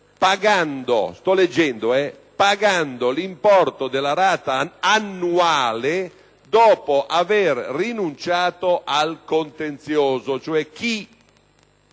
«pagando l'importo della rata annuale dopo aver rinunciato al contenzioso».